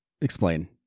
Explain